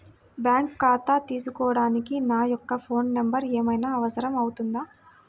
Bank ఖాతా తీసుకోవడానికి నా యొక్క ఫోన్ నెంబర్ ఏమైనా అవసరం అవుతుందా?